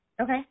Okay